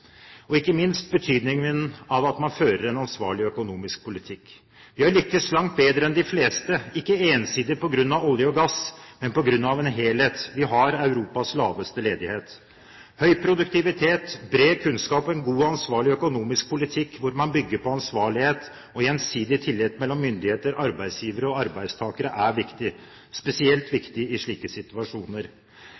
Og ikke minst betydningen av at man fører en ansvarlig økonomisk politikk. Vi har lyktes langt bedre enn de fleste – ikke ensidig på grunn av olje og gass, men på grunn av en helhet. Vi har Europas laveste ledighet. Høy produktivitet, bred kunnskap og en god og ansvarlig økonomisk politikk hvor man bygger på ansvarlighet og gjensidig tillit mellom myndigheter, arbeidsgivere og arbeidstakere er spesielt viktig